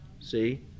See